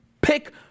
pick